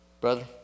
Brother